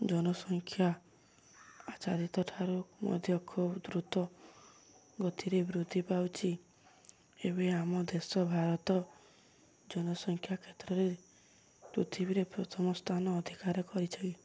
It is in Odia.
ଜନସଂଖ୍ୟା ଆଚାରିତ ଠାରୁ ମଧ୍ୟ ଖୁବ ଦ୍ରୁତ ଗତିରେ ବୃଦ୍ଧି ପାଉଛି ଏବେ ଆମ ଦେଶ ଭାରତ ଜନସଂଖ୍ୟା କ୍ଷେତ୍ରରେ ପୃଥିବୀରେ ପ୍ରଥମ ସ୍ଥାନ ଅଧିକାର କରିଛି